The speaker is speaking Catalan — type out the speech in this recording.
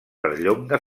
perllonga